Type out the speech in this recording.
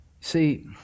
See